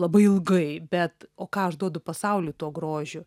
labai ilgai bet o ką aš duodu pasauliui tuo grožiu